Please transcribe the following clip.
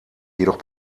jedoch